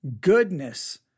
goodness